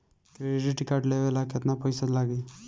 Credit card लेवे ला केतना पइसा लागी?